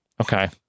Okay